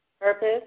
Purpose